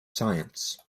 science